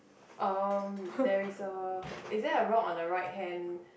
um there is a is there a rock on the right hand